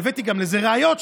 והבאתי לזה גם ראיות,